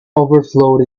overflowed